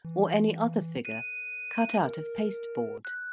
or any other figure cut out of pasteboard.